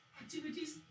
activities